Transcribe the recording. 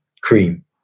Cream